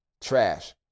Trash